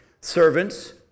Servants